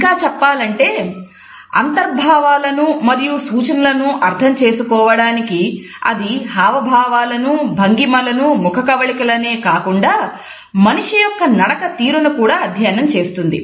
ఇంకా చెప్పాలంటే అంతర్భావాలనూ మరియు సూచనలను అర్థం చేసుకోవడానికి అది హావభావాలను భంగిమలను ముఖకవళిక లనే కాకుండా మనిషి యొక్క నడక తీరును కూడా అధ్యయనం చేస్తుంది